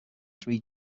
three